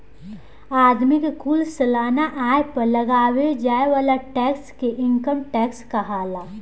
आदमी के कुल सालाना आय पर लगावे जाए वाला टैक्स के इनकम टैक्स कहाला